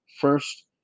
first